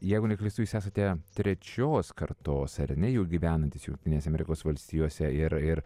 jeigu neklystu jūs esate trečios kartos ar ne jau gyvenantys jungtinėse amerikos valstijose ir ir